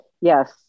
Yes